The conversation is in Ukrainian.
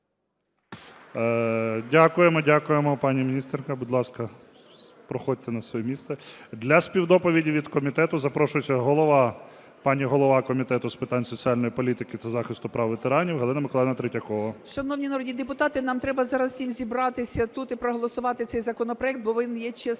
Дякуємо. Дякуємо, пані міністерка. Будь ласка, проходьте на своє місце. Для співдоповіді від комітету запрошується голова, пані голова Комітету з питань соціальної політики та захисту прав ветеранів Галина Миколаївна Третьякова. 10:53:16 ТРЕТЬЯКОВА Г.М. Шановні народні депутати, нам треба зараз всім зібратися тут і проголосувати цей законопроект, бо він є